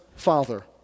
father